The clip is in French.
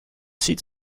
sites